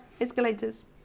escalators